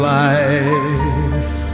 life